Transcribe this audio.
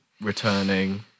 returning